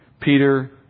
Peter